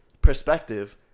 Perspective